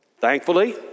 thankfully